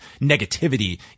negativity